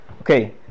Okay